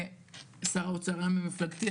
ושר האוצר גם היה ממפלגתי,